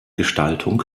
gestaltung